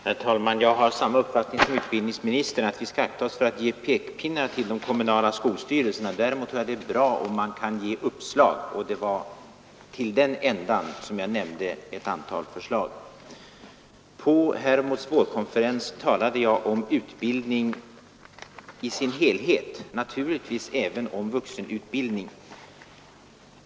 Herr talman! Jag har samma uppfattning som utbildningsministern att vi skall akta oss för att ge pekpinnar till de kommunala skolstyrelserna. Däremot tror jag att det är bra om man kan ge uppslag. Det var till den ändan som jag nämnde ett antal förslag. På Hermods vårkonferens talade jag om utbildningen i dess helhet, naturligtvis även om vuxenutbildningen.